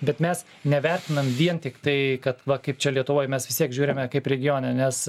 bet mes nevertinam vien tik tai kad va kaip čia lietuvoj mes vis tiek žiūrime kaip regione nes